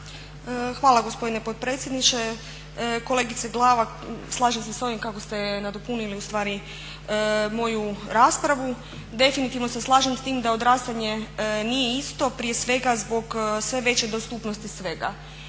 Hvala gospodine potpredsjedniče. Kolegice Glavak, slažem se s ovim kako ste nadopunili ustvari moju raspravu. Definitivno se slažem s tim da odrastanje nije isto, prije svega zbog sve veće dostupnosti svega.